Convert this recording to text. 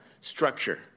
structure